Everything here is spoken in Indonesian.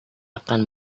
akan